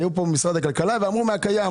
היו פה ממשרד הכלכלה שאמרו שהפתרון צריך לבוא מהקיים.